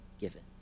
given